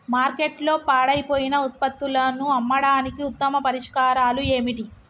మార్కెట్లో పాడైపోయిన ఉత్పత్తులను అమ్మడానికి ఉత్తమ పరిష్కారాలు ఏమిటి?